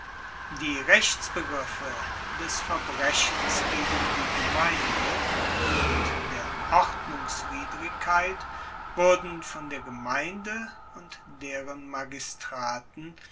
die rechtsbegriffe des verbrechens gegen die gemeinde und der ordnungswidrigkeit wurden von der gemeinde und deren magistraten